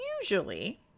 usually